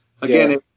again